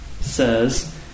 says